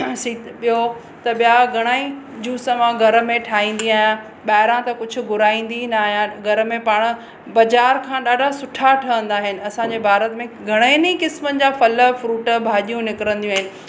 सित ॿियो त ॿिया घणा ई जूस मां घर में ठाहींदी आहियां ॿाहिरां त कुझु घुराईंदी ई न आहियां घर में पाण बाज़ारि खां ॾाढा सुठा ठहंदा आहिनि असांजे भारत में घणनि ई किस्मनि जा फल फ्रूट भाॼियूं निकिरंदियूं आहिनि